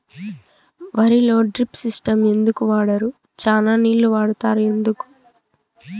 వరిలో drip system ఎందుకు వాడరు? చానా నీళ్లు వాడుతారు ఎందుకు?